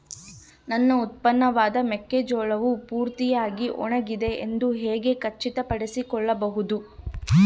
ನನ್ನ ಉತ್ಪನ್ನವಾದ ಮೆಕ್ಕೆಜೋಳವು ಪೂರ್ತಿಯಾಗಿ ಒಣಗಿದೆ ಎಂದು ಹೇಗೆ ಖಚಿತಪಡಿಸಿಕೊಳ್ಳಬಹುದು?